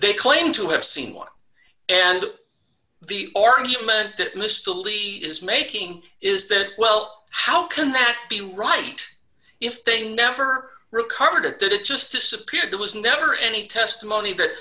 they claimed to have seen one and the argument that mr lee is making is that well how can that be right if they never recovered it that it just disappeared it was never any testimony that